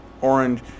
Orange